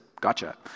Gotcha